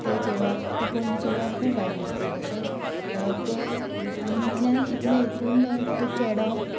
ते चेडवाक ते पोवन ते चेडवाक खूब वायट दिसता तशेंच ते आनी इतल्यान इतले हेतून तो चेडो